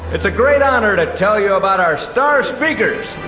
it's a great honor to tell you about our star speakers,